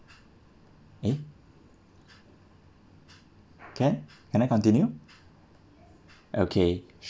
eh can can I continue okay